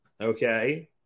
okay